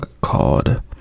called